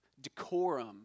decorum